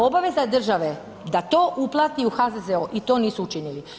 Obaveza države da to uplati u HZZO i to nisu učinili.